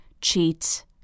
cheat